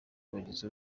bagize